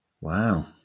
Wow